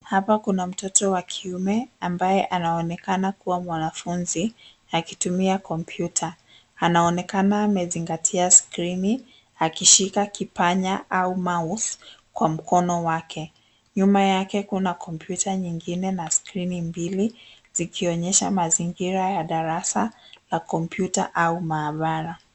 Hapa kuna mtoto wa kiume ambaye anaonekana kuwa mwanafunzi akitumia kompyuta. Anaonekana amezingatia skrini akishika kipanya au mouse kwa mkono wake. Nyuma yake kuna kompyuta nyingine na skrini mbili zikionyesha mazingira ya darasa la kompyuta au mahabara.